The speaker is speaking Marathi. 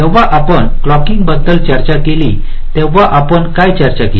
जेव्हा आपण क्लॉकिंगबद्दल चर्चा केली तेव्हा आपण काय चर्चा केली